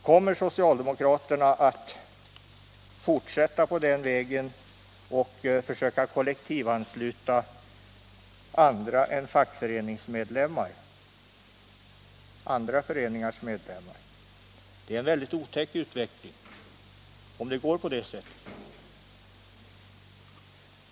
Kommer socialdemokraterna att fortsätta på den vägen och försöka kollektivansluta andra föreningars medlemmar än fackföreningars? Det är en väldigt otäck utveckling i så fall.